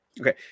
okay